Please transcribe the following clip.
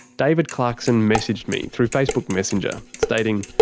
david clarkson messaged me through facebook messenger stating,